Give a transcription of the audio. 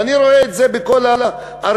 ואני רואה את זה בכל הערים,